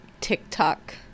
TikTok